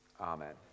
Amen